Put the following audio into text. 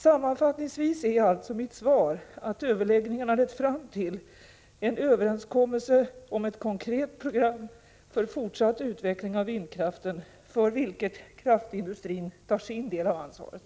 Sammanfattningsvis är alltså mitt svar att överläggningarna lett fram till en överenskommelse om ett konkret program för fortsatt utveckling av vindkraften, för vilket kraftindustrin tar sin del av ansvaret.